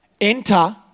Enter